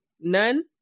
none